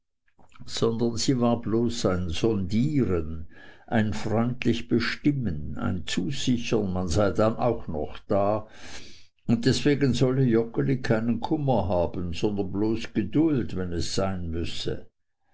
sondern sie war bloß ein sondieren ein freundlich bestimmen ein zusichern man sei dann auch noch da und deswegen solle joggeli keinen kummer haben sondern bloß geduld wenn es sein müsse